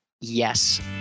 Yes